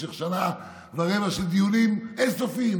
במשך שנה ורבע של דיונים אין-סופיים,